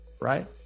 right